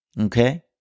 Okay